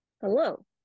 Hello